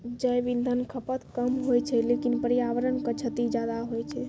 जैव इंधन खपत कम होय छै लेकिन पर्यावरण क क्षति ज्यादा होय छै